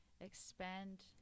expand